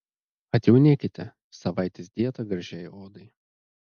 atjaunėkite savaitės dieta gražiai odai